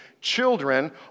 Children